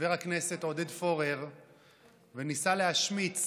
חבר הכנסת עודד פורר וניסה להשמיץ